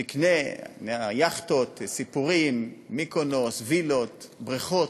תקנה יאכטות, סיפורים, מיקונוס, וילות, בריכות,